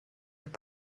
have